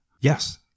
Yes